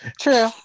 True